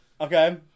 Okay